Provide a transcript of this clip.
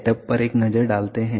setup पर एक नजर डालते हैं